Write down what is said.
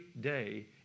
day